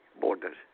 borders